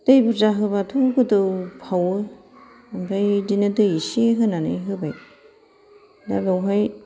दै बुरजा होबाथ' गोदौफावो ओमफ्राय बिदिनो दै एसे होनानै होबाय दा बावहाय